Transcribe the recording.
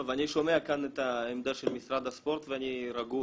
אני שומע כאן את העמדה של משרד הספורט ואני רגוע.